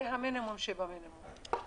זה המינימום במינימום.